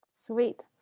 Sweet